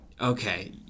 okay